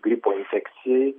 gripo infekcijai